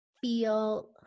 feel